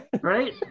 Right